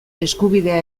eskubidea